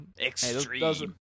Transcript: Extreme